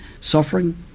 suffering